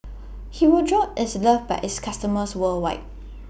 Hirudoid IS loved By its customers worldwide